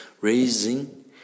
raising